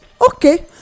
Okay